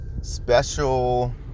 special